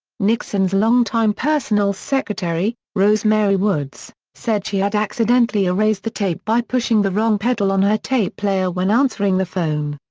nixon's longtime personal secretary, rose mary woods, said she had accidentally erased the tape by pushing the wrong pedal on her tape player when answering the phone.